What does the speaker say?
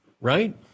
Right